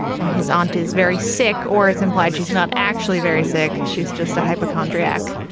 and his aunt is very sick or is implied. she's not actually very sick. she's just a hypochondriac,